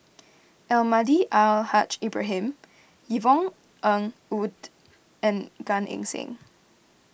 Almahdi Al Haj Ibrahim Yvonne Ng Uhde and Gan Eng Seng